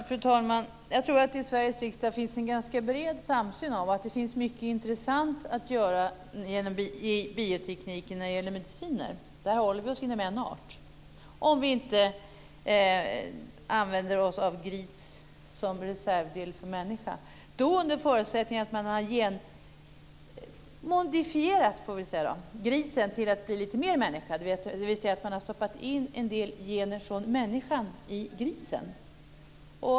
Fru talman! Jag tror att det i Sveriges riksdag finns en ganska bred samsyn om att det finns mycket intressant att göra inom bioteknik när det gäller mediciner. Där håller vi oss inom en art om vi inte använder oss av gris som reservdel för människa. Det är då under förutsättning att man har genmodifierat grisen till att bli lite mer människa, dvs. att man har stoppar in en del gener från människan i grisen.